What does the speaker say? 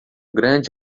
grande